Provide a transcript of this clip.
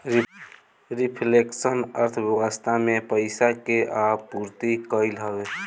reflection अर्थव्यवस्था में पईसा के आपूर्ति कईल हवे